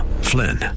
Flynn